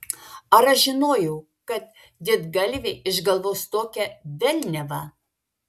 ar aš žinojau kad didgalviai išgalvos tokią velniavą